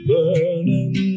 Burning